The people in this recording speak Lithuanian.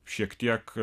šiek tiek